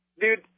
dude